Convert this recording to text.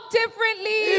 differently